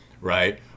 right